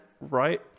right